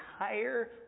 entire